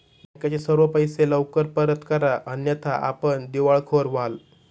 बँकेचे सर्व पैसे लवकर परत करा अन्यथा आपण दिवाळखोर व्हाल